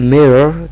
Mirror